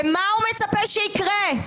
ומה הוא מצפה שיקרה?